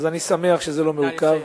אז אני שמח שזה לא מעוכב.